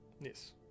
Yes